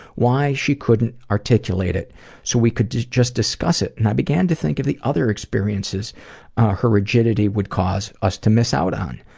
why she couldn't articulate it so we could just just discuss it, and i began to think of the other experiences her rigidity would cause us to miss out on.